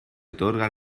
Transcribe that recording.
otorga